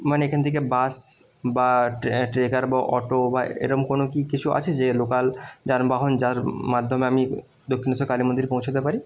মানে এখান থেকে বাস বা ট্রেকার বা অটো বা এরকম কোনো কি কিছু আছে যে লোকাল যানবাহন যার মাধ্যমে আমি দক্ষিণেশ্বর কালী মন্দির পৌঁছোতে পারি